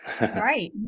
right